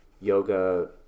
yoga